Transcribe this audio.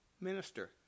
minister